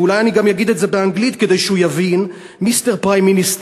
ואולי אני גם אגיד את זה באנגלית כדי שהוא יבין: Mister Prime minister,